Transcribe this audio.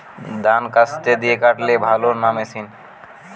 ধান কাস্তে দিয়ে কাটলে ভালো না মেশিনে?